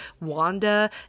Wanda